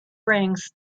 rings